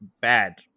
bad